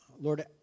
Lord